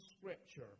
Scripture